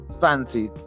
fancy